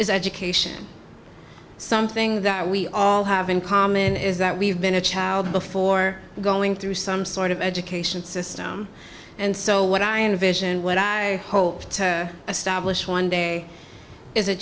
is education something that we all have in common is that we've been a child before going through some sort of education system and so what i envision what i hope to establish one day is a